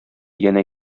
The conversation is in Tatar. янә